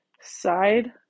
side